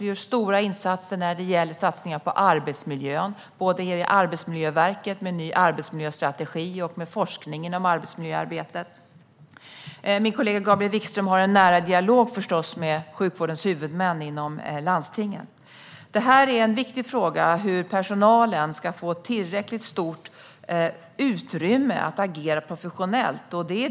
Vi gör stora satsningar på arbetsmiljön, både på Arbetsmiljöverket med en ny arbetsmiljöstrategi och på forskningen inom arbetsmiljöarbetet. Min kollega Gabriel Wikström har förstås en nära dialog med sjukvårdens huvudmän inom landstingen. Det är en viktig fråga hur personalen ska få tillräckligt stort utrymme att agera professionellt.